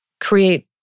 create